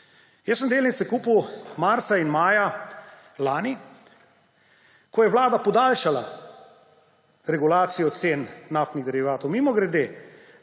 Jaz sem delnice kupil marca in maja lani, ko je vlada podaljšala regulacijo cen naftnih derivatov. Mimogrede,